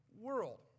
world